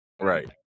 right